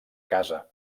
casa